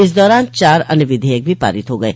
इस दौरान चार अन्य विधेयक भी पारित हो गये